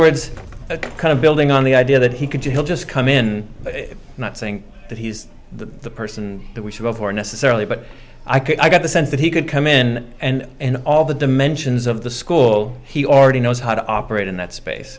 words a kind of building on the idea that he could you have just come in not saying that he's the person that we should go for necessarily but i got the sense that he could come in and all the dimensions of the school he already knows how to operate in that space